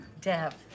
Dev